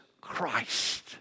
Christ